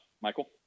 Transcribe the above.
Michael